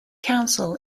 council